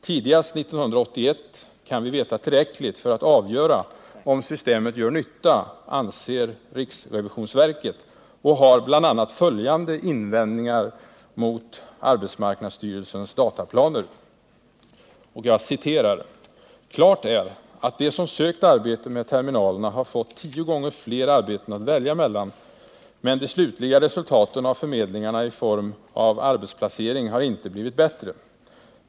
Tidigast 1981 kan vi veta tillräckligt för att avgöra om systemet gör nytta, anser riksrevisionsverket, och har bl.a. följande invändningar mot arbetsmarknadsstyrelsens dataplaner: ”Klart är att de som sökt arbete med terminalerna har fått 10 gånger fler arbeten att välja emellan, men de slutliga resultaten av förmedlingarna i form av arbetsplacering har inte blivit bättre.